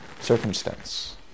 circumstance